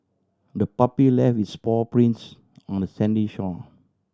the puppy left its paw prints on the sandy shore